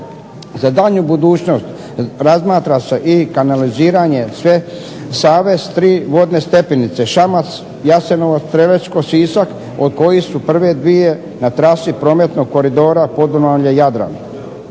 Za daljnju budućnost razmatra se i kanaliziranje sve savez 3 vodne stepenice Šamac, Jasenovac, Prerečko, Sisak od kojih su prve dvije na trasi prometnog Koridora Podunavlje-Jadran.